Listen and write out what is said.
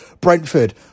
Brentford